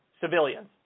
civilians